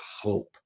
hope